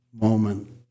moment